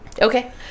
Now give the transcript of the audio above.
Okay